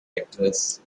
actress